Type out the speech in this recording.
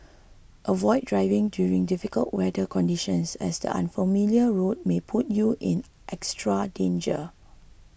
avoid driving during difficult weather conditions as the unfamiliar roads may put you in extra danger